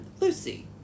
Lucy